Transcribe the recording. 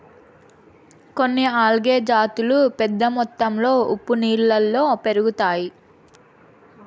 కొన్ని ఆల్గే జాతులు పెద్ద మొత్తంలో ఉప్పు నీళ్ళలో పెరుగుతాయి